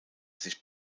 sich